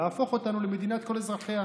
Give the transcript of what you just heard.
להפוך אותנו למדינת כל אזרחיה.